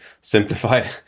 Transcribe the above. simplified